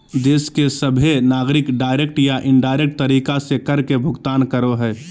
देश के सभहे नागरिक डायरेक्ट या इनडायरेक्ट तरीका से कर के भुगतान करो हय